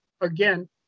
again